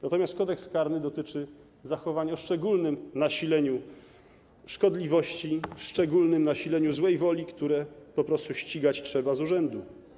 Natomiast Kodeks karny dotyczy zachowań o szczególnym nasileniu szkodliwości, szczególnym nasileniu złej woli, które po prostu trzeba ścigać z urzędu.